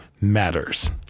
matters